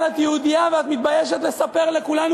אולי בכלל את יהודייה ואת מתביישת לספר לכולנו